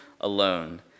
alone